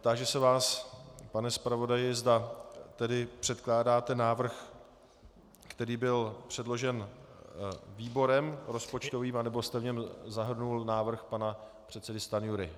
Táži se vás, pane zpravodaji, zda předkládáte návrh, který byl předložen výborem rozpočtovým, nebo jste v něm zahrnul návrh pana předsedy Stanjury.